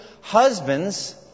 Husbands